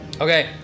okay